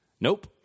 Nope